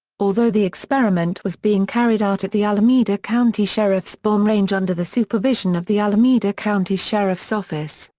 although the experiment was being carried out at the alameda county sheriff's bomb range under the supervision of the alameda county sheriff's office,